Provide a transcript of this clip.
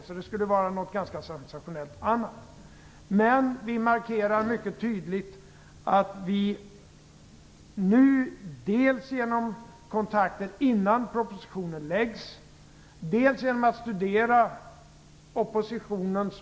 Något annat skulle vara ganska sensationellt. Vi markerar dock mycket tydligt att vi skall försöka ta till oss synpunkter för att underlätta breda majoriteter.